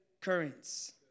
currents